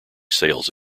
sales